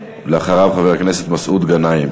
אחריו, חבר הכנסת מסעוד גנאים.